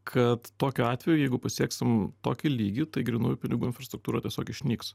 kad tokiu atveju jeigu pasieksim tokį lygį tai grynųjų pinigų infrastruktūra tiesiog išnyks